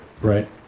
right